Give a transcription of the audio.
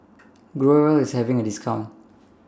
Growell IS having A discount